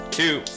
two